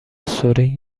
سرین